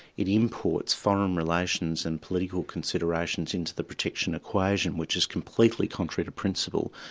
it imports foreign relations and political considerations into the protection equation, which is completely contrary to principle.